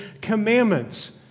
commandments